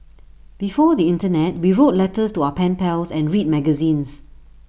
before the Internet we wrote letters to our pen pals and read magazines